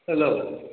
hello